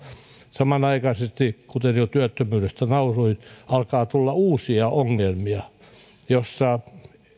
samanaikaisesti kuten jo työttömyydestä lausuin alkaa tulla uusia ongelmia joissa